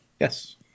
Yes